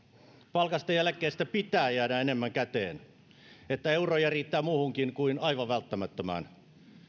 palkasta ja eläkkeestä pitää jäädä enemmän käteen että euroja riittää muuhunkin kuin aivan välttämättömään